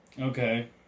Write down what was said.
Okay